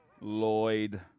Lloyd